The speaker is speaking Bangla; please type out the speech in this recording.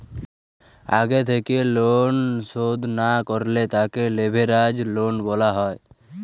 আগে থেক্যে লন শধ না করলে তাকে লেভেরাজ লন বলা হ্যয়